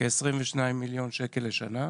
כאשר בתחום יש כ-22 מיליון שקלים בשנה.